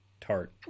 tart